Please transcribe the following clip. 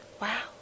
Wow